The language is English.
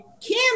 Kim